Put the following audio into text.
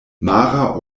mara